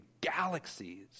galaxies